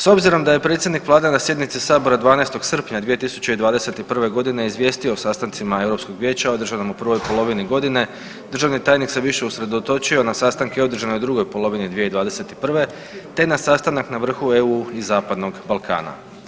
S obzirom da je predsjednik Vlade na sjednici sabora 12. srpnja 2021.g. izvijestio o sastancima Europskog vijeća održanom u prvoj polovini godine državni tajnik se više usredotočio na sastanke održane u drugoj polovini 2021. te na sastanak na vrhu EU i Zapadnog Balkana.